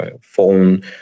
phone